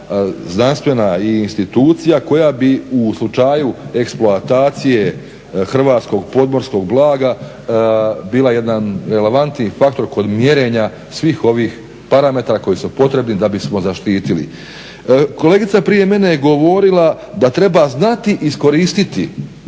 znanstvena i institucija koja bi u slučaju eksploatacije hrvatskog podmorskog blaga bila jedan relevantni faktor kod mjerenja svih ovih parametara koji su potrebni da bismo zaštitili. Kolegica je prije mene govorila da treba znati iskoristiti